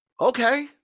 okay